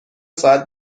ساعت